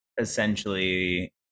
essentially